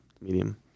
medium